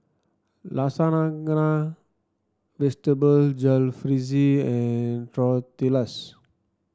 Lasagna Vegetable Jalfrezi and Tortillas